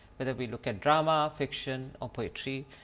whether we look at drama, fiction, um poetry,